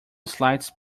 slides